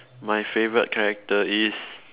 my favourite character is